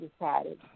decided